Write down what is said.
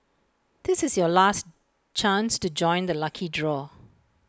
this is your last chance to join the lucky draw